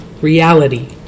reality